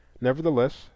Nevertheless